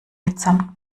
mitsamt